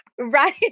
Right